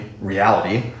reality